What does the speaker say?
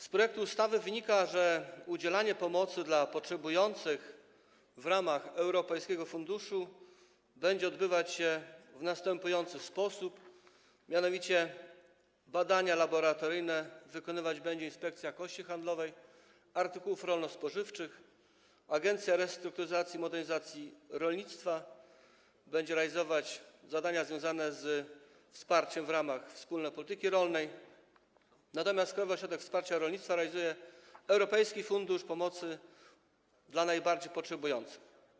Z projektu ustawy wynika, że udzielanie pomocy potrzebującym w ramach europejskiego funduszu będzie odbywać w następujący sposób: mianowicie badania laboratoryjne wykonywać będzie Inspekcja Jakości Handlowej Artykułów Rolno-Spożywczych, Agencja Restrukturyzacji i Modernizacji Rolnictwa będzie realizować zadania związane ze wsparciem w ramach wspólnej polityki rolnej, natomiast Krajowy Ośrodek Wsparcia Rolnictwa realizuje Europejski Fundusz Pomocy Najbardziej Potrzebującym.